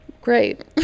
great